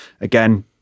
again